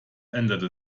änderte